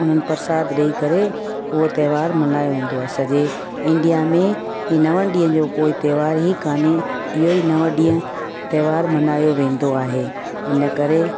उन्हनि प्रसाद ॾेई करे उहा त्योहार मल्हायो वेंदो आहे सॼे इंडिया में इहे नव ॾींहनि जो कोई त्योहार ई कोन्हे ईअं ई नव ॾींहं त्योहार मल्हायो वेंदो आहे हिन करे